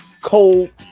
cold